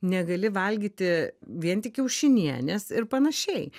negali valgyti vien tik kiaušinienės ir panašiai